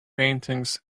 paintings